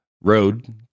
road